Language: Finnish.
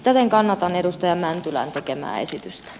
täten kannatan edustaja mäntylän tekemää esitystä